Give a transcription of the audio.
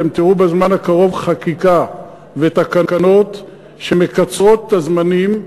אתם תראו בזמן הקרוב חקיקה ותקנות שמקצרות את הזמנים,